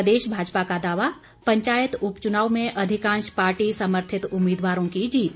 प्रदेश भाजपा का दावा पंचायत उपचुनाव में अधिकांश पार्टी समर्थित उम्मीदवारों की जीत